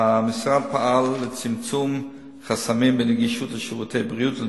המשרד פעל לצמצום חסמים בנגישות של שירותי בריאות.